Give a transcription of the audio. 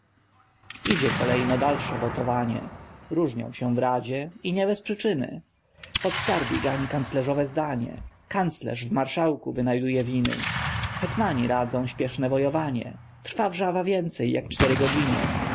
idzie kolejno dalsze wotowanie różnią się w radzie i nie bez przyczyny podskarbi gani kanclerzowe zdanie kanclerz w marszałku wynajduje winy hetmani radzą śpieszne wojowanie trwa wrzawa więcej jak cztery godziny